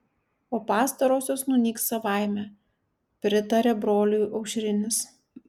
o pastarosios nunyks savaime pritarė broliui aušrinis